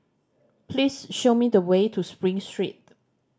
please show me the way to Spring Street